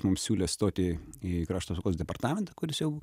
mums siūlė stoti į krašto apsaugos departamentą kuris jau